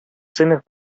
сыйныф